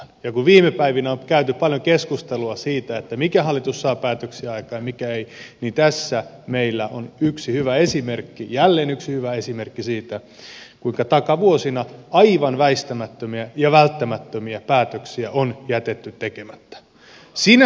ja kun viime päivinä on käyty paljon keskustelua siitä mikä hallitus saa päätöksiä aikaan ja mikä ei niin tässä meillä on jälleen yksi hyvä esimerkki siitä kuinka takavuosina aivan väistämättömiä ja välttämättömiä päätöksiä on jätetty tekemättä